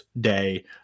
day